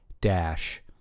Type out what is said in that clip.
dash